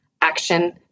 Action